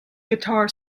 guitar